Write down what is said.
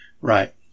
Right